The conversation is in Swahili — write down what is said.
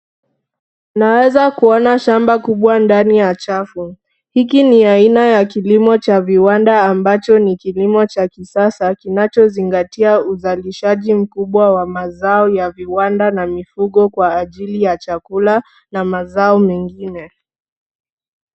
Naweza kuona shamba kubwa ndani ya chafu. Hiki ni aina ya kilimo cha viwanda ambacho ni kilimo cha kisasa, kinachozingatia uzalishaji mkubwa wa mazao ya viwanda na mifugo kwa ajili ya chakula na mazao mengine.